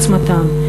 במלוא עוצמתם,